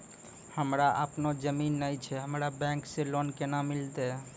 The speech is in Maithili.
हमरा आपनौ जमीन नैय छै हमरा बैंक से लोन केना मिलतै?